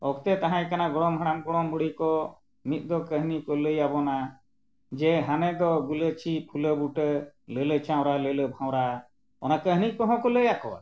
ᱚᱠᱛᱚ ᱛᱟᱦᱮᱸ ᱠᱟᱱᱟ ᱜᱚᱲᱚᱢ ᱦᱟᱲᱟᱢ ᱜᱚᱲᱚᱢ ᱵᱩᱰᱷᱤ ᱠᱚ ᱢᱤᱫ ᱫᱚ ᱠᱟᱹᱦᱱᱤ ᱠᱚ ᱞᱟᱹᱭᱟᱵᱚᱱᱟ ᱡᱮ ᱦᱟᱱᱮ ᱫᱚ ᱜᱩᱞᱟᱹᱪᱤ ᱯᱷᱩᱞᱟᱹ ᱵᱩᱴᱟᱹ ᱞᱟᱹᱞᱟᱹ ᱪᱟᱣᱨᱟ ᱞᱟᱹᱞᱟᱹ ᱵᱷᱟᱶᱨᱟ ᱚᱱᱟ ᱠᱟᱹᱦᱱᱤ ᱠᱚᱦᱚᱸ ᱠᱚ ᱞᱟᱹᱭᱟᱠᱚᱣᱟ